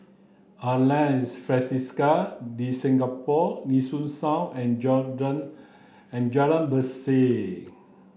Alliance Francaise de Singapour Nee Soon South and and Jalan Berseh